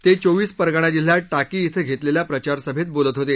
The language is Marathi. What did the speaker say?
ते चोवीस परगणा जिल्ह्यात टाकी इथं घेतलेल्या प्रचारसभेत बोलत होते